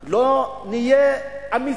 אם לא יהיה לנו חוט שדרה, לא נהיה אמיצים,